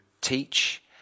teach